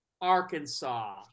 Arkansas